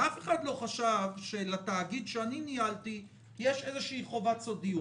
ואף אחד לא חשב שלתאגיד שאני ניהלתי יש איזו שהיא חובת סודיות.